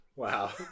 Wow